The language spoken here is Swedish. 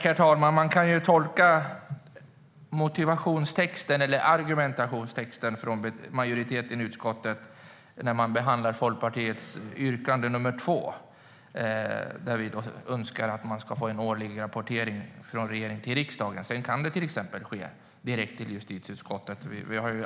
Herr talman! Man kan ju tolka motivationstexten eller argumentationstexten från majoriteten i utskottet när den behandlar Folkpartiets yrkande 2, där vi önskar att man ska få en årlig rapportering från regeringen till riksdagen. Det kan också ske exempelvis direkt till justitieutskottet.